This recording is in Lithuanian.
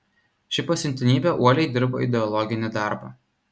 ši pasiuntinybė uoliai dirbo ideologinį darbą